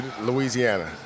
Louisiana